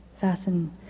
fasten